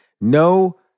No